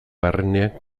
barrenean